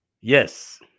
yes